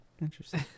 Interesting